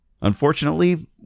Unfortunately